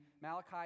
Malachi